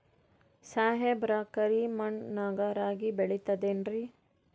ಸಾಹೇಬ್ರ, ಕರಿ ಮಣ್ ನಾಗ ರಾಗಿ ಬೆಳಿತದೇನ್ರಿ?